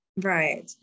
Right